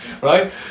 right